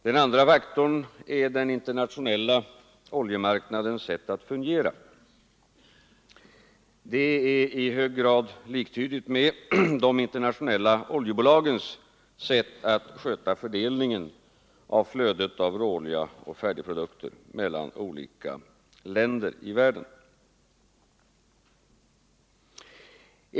Den andra är den internationella oljemarknadens sätt att fungera; det är i hög grad liktydigt med de internationella oljebolagens sätt att sköta fördelningen av flödet av råolja och färdigprodukter mellan olika länder i världen.